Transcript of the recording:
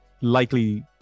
likely